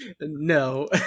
No